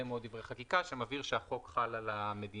מאוד דברי חקיקה שמבהיר שהחוק חל על המדינה.